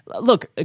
look